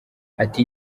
ati